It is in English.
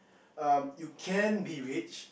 um you can be rich